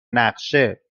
نقشه